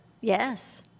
yes